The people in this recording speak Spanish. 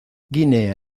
guinea